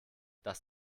das